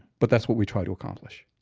but that's what we try to accomplish